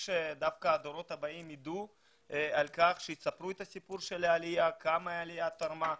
שהדורות הבאים ידעו ויספרו את סיפור העלייה וכמה העלייה תרמה.